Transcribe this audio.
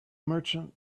merchant